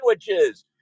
sandwiches